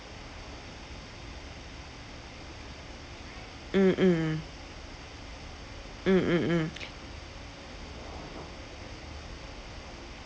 mm mm mm mm mm